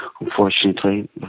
Unfortunately